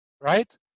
right